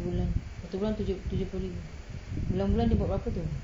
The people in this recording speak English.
satu bulan satu bulan tujuh puluh ribu bulan-bulan dia buat berapa tu